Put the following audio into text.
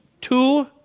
two